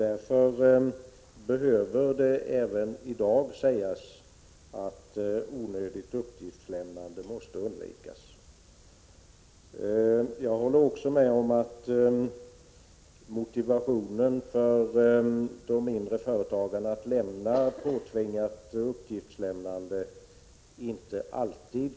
Därför behöver det även i dag sägas att onödigt uppgiftslämnande måste undvikas. Jag håller också med om att tillräcklig motivation inte alltid kan ernås bland de mindre företagarna för utförande av påtvingat uppgiftslämnande.